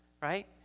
right